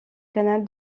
canal